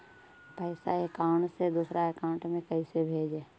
पैसा अकाउंट से दूसरा अकाउंट में कैसे भेजे?